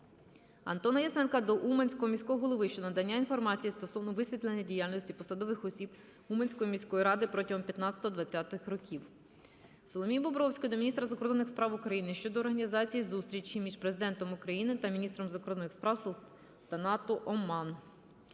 Антона Яценка до уманського міського голови щодо надання інформації стосовно висвітлення діяльності посадових осіб Уманської міської ради протягом 2015-2020 років. Соломії Бобровської до міністра закордонних справ України щодо організації зустрічі між Президентом України та міністром закордонних справ Султанату Оман.